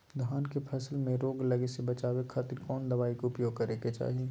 धान के फसल मैं रोग लगे से बचावे खातिर कौन दवाई के उपयोग करें क्या चाहि?